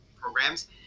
programs